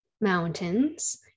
mountains